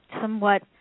somewhat